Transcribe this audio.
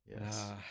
yes